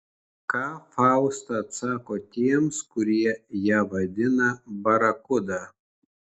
ką fausta atsako tiems kurie ją vadina barakuda